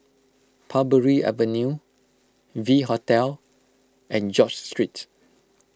Parbury Avenue V Hotel and George Street